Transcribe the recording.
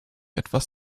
etwas